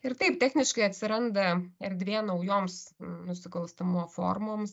ir taip techniškai atsiranda erdvė naujoms nusikalstamumo formoms